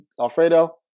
Alfredo